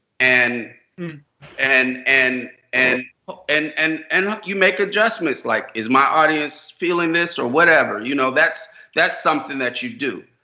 and and and and ah and and and you make adjustments. like. is my audience feeling this? or whatever. you know that's that's something that you do.